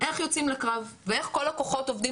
איך יוצאים לקרב ואיך כל הכוחות עובדים